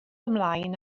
ymlaen